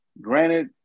Granted